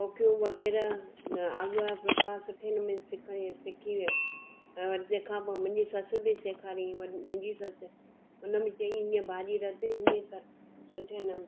कोकियू वग़ैरह अ आलू या फुल्का सुठे नमूने सिखाईं सिखी वयमि ऐं वरी तंहिंखां पोइ मुंहिंजी सस बि सेखारियईं मुंहिंजी ससु उन बि चयईं हीअं भाॼी रधु हीअं कर सुठे नम